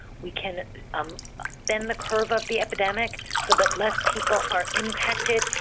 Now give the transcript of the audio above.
we can um bend the curve of the epidemic so that less people are impacted,